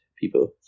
people